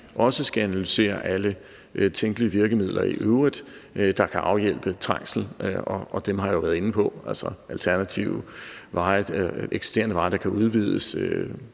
også skal analysere alle tænkelige virkemidler i øvrigt, der kan afhjælpe trængslen, og dem har jeg jo været inde på: eksisterende veje, der kan udvides,